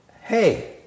hey